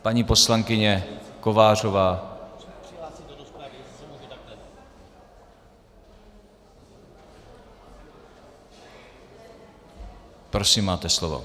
Paní poslankyně Kovářová prosím, máte slovo.